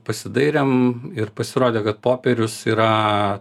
pasidairėm ir pasirodė kad popierius yra